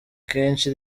kenshi